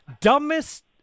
dumbest